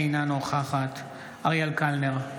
אינה נוכחת אריאל קלנר,